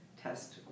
test